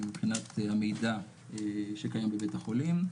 מבחינת המידע שקיים בבית החולים,